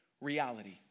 reality